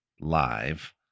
live